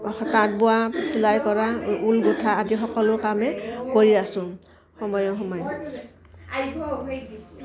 তাঁত বোৱা চিলাই কৰা ঊল গুঠা আদি সকলো কামে কৰি আছোঁ সময়ে সময়ে